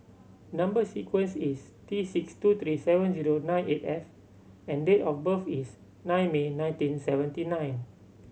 number sequence is T six two three seven zero nine eight F and date of birth is nine May nineteen seventy nine